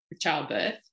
childbirth